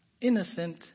innocent